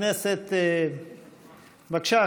בבקשה,